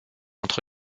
entre